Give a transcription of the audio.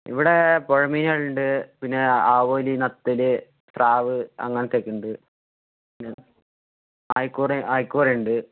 ഇവിടെ പുഴ മീനുകളുണ്ട് പിന്നെ ആവോലി നത്തല് സ്രാവ് അങ്ങനത്തെയൊക്കയുണ്ട് അയക്കൂറയുണ്ട്